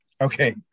Okay